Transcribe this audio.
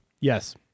Yes